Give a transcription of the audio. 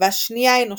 והשנייה אנושית,